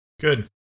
Good